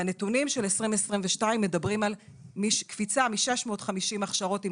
הנתונים של 2022 מדברים על קפיצה מ-650 הכשרות עם